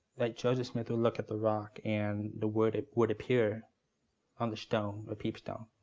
like joseph smith would look at the rock, and the word would appear on the stone, the peepstone,